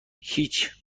هیچ